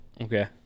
okay